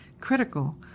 critical